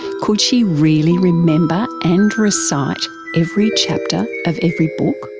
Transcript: could she really remember and recite every chapter of every book?